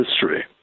history